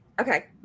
Okay